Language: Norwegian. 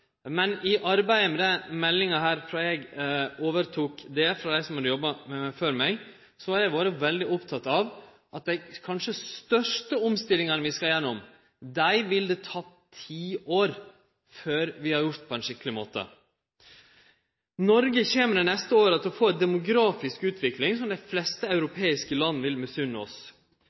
Men i arbeidet med denne meldinga – frå eg tok over for dei som hadde jobba med ho før meg – har eg vore veldig oppteken av at kanskje dei største omstillingane vi skal igjennom, vil det ta tiår før vi har fått gjennomført på ein skikkeleg måte. Noreg kjem dei neste åra til å få ei demografisk utvikling som dei fleste europeiske landa vil misunne oss.